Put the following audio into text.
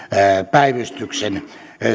päivystyksen